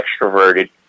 extroverted